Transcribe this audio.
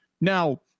now